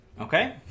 okay